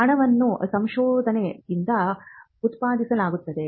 ಹಣವನ್ನು ಸಂಶೋಧನೆಯಿಂದ ಉತ್ಪಾದಿಸಲಾಗುತ್ತದೆ